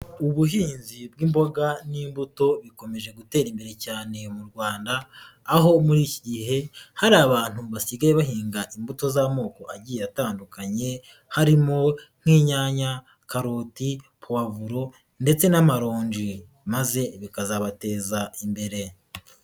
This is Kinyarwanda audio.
Ubuhinzi bw'imboga n'imbuto bikomeje gutera imbere cyane mu Rwanda, aho muri iki gihe hari abantu basigaye bahinga imbuto z'amoko agiye atandukanye, harimo nk'inyanya, karoti, puwavuro ndetse n'amaronji maze bikazabateza imbere.